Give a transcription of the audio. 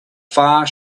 far